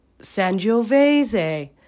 Sangiovese